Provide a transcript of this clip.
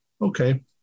Okay